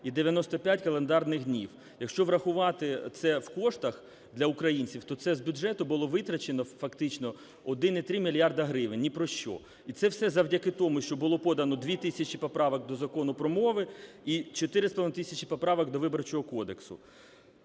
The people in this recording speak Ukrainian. і 95 календарних днів. Якщо врахувати це в коштах для українців, то це з бюджету було витрачено фактично 1,3 мільярдів гривень ні про що. І це все завдяки тому, що було подано 2 тисячі поправок до Закону про мову і 4,5 тисячі поправок до Виборчого кодексу.